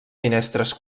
finestres